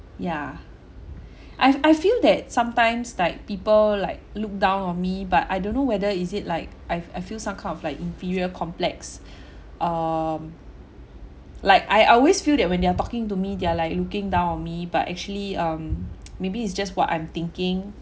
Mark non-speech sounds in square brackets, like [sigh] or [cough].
yeah I've I feel that sometimes like people like look down on me but I don't know whether is it like I've I feel some kind of like inferior complex um like I I always feel that when they are talking to me they're like looking down on me but actually um [noise] maybe it's just what I'm thinking